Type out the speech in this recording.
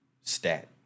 stat